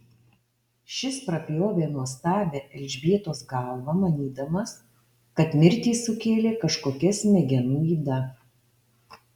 šis prapjovė nuostabią elžbietos galvą manydamas kad mirtį sukėlė kažkokia smegenų yda